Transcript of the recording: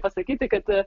pasakyti kad